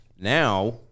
Now